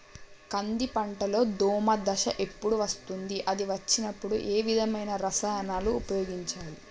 కంది పంటలో దోమ దశ ఎప్పుడు వస్తుంది అది వచ్చినప్పుడు ఏ విధమైన రసాయనాలు ఉపయోగించాలి?